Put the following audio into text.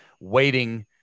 waiting